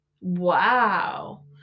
Wow